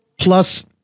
plus